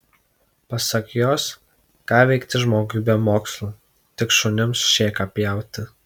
pasak jos ką veikti žmogui be mokslų tik šunims šėką pjauti